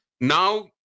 now